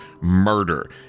murder